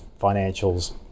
financials